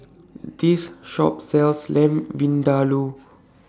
This Shop sells Lamb Vindaloo